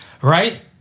Right